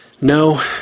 No